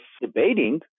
debating